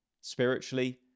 spiritually